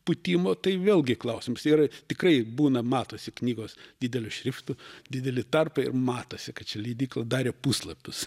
pūtimo tai vėlgi klausims yra tikrai būna matosi knygos dideliu šriftu dideli tarpai ir matosi kad čia leidykla darė puslapius